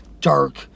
dark